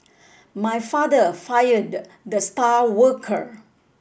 my father fired the star worker